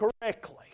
correctly